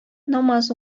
намаз